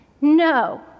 No